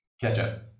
Ketchup